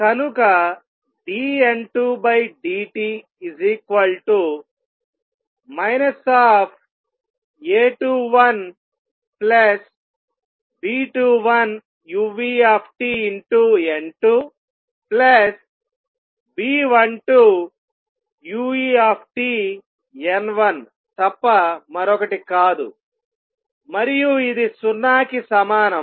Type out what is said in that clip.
కనుక dN2dt A21B21uTN2B12uTN1తప్ప మరొకటి కాదు మరియు ఇది 0 కి సమానం